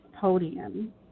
podium